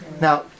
Now